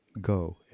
go